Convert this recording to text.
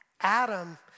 Adam